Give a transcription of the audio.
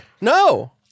No